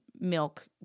Milk